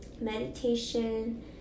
meditation